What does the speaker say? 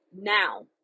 now